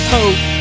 Hope